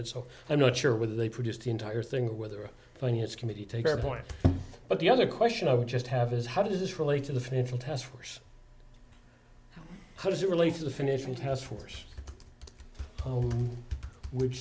that so i'm not sure whether they produced the entire thing or whether a finance committee take their point but the other question i would just have is how does this relate to the financial task force how does it relate to the finishing task force which